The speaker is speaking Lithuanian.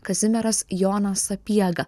kazimieras jonas sapiega